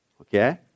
Okay